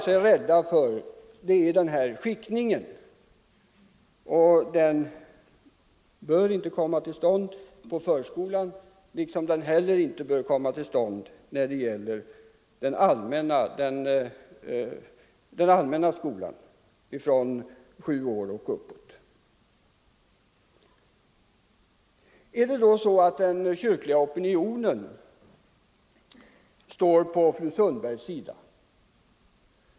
Vad vi är rädda för är alltså att få en skiktning, och någon skiktning bör inte komma till stånd vare sig när det gäller förskolan eller när det gäller den obligatoriska skolan för barn från sju år och uppåt. Är det då så att den kyrkliga opinionen står på fru Sundbergs sida?